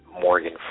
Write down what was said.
Morgan